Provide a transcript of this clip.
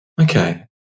Okay